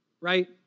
right